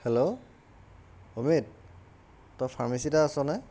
hello Amrit তই ফাৰ্মেচিতে আছনে